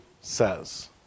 says